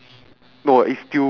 makeup is on where